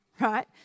right